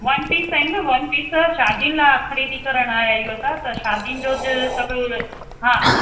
one piece आहिनि one piece शादियुनि लाइ ख़रीदी करणु आया आहियूं असां त शादियुनि जो ज सभ उन हा